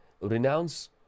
Renounce